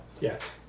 Yes